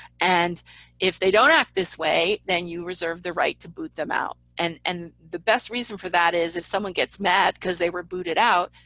and if they don't act this way, then you reserve the right to boot them out. and and the best reason for that is if someone gets mad because they were booted out,